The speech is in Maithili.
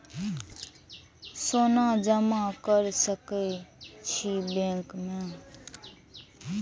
सोना जमा कर सके छी बैंक में?